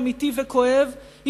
אמיתי וכואב,